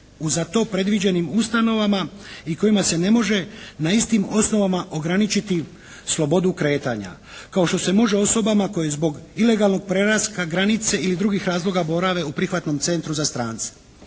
u za to predviđenim ustanovama i kojima se ne može na istim osnovama ograničiti slobodu kretanja, kao što se može osobama koje zbog ilegalnog prelaska granice ili drugih razloga borave u prihvatnom centru za strance.